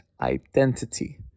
identity